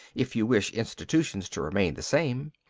if you wish institutions to remain the same.